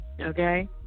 Okay